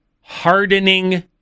hardening